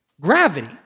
Gravity